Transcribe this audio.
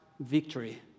victory